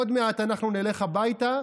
עוד מעט אנחנו נלך הביתה,